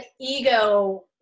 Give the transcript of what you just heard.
ego